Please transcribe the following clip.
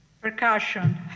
Percussion